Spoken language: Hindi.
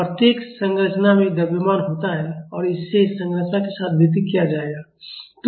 प्रत्येक संरचना में द्रव्यमान होता है और इसे संरचना के साथ वितरित किया जाएगा